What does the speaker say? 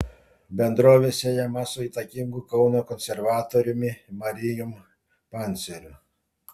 bendrovė siejama su įtakingu kauno konservatoriumi marijum panceriu